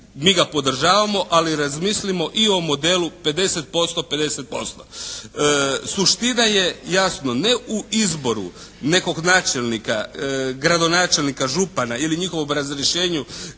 Mi ga podržavamo. Ali, razmislimo i o modelu 50%, 50. Suština je jasno ne u izboru nekog načelnika, gradonačelnika, župana ili njihovom razrješenju